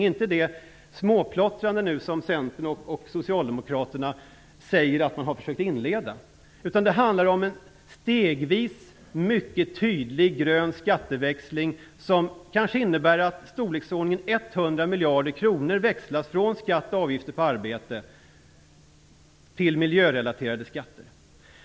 Det handlar inte om det småplottrande som Centern och Socialdemokraterna säger att de har försökt inleda. Det handlar om en stegvis, mycket tydlig grön skatteväxling. Den innebär kanske att 100 miljarder kronor växlas från skatt och avgifter på arbete till miljörelaterade skatter.